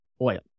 oil